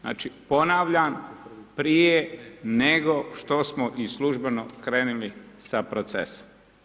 Znači, ponavljam, prije nego što smo i službeno krenili sa procesom.